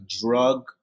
drug